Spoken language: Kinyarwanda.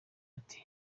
ati